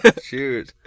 Cheers